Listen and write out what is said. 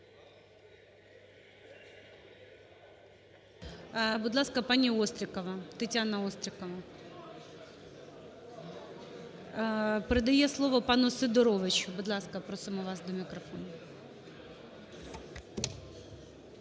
Будь ласка, пані Острікова, Тетяна Острікова передає слово пану Сидоровичу. Будь ласка, просимо вас до мікрофону.